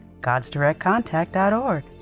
godsdirectcontact.org